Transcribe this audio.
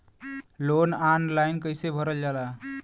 Loan online कइसे भरल जाला?